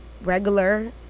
Regular